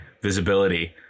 visibility